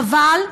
חבל.